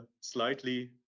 slightly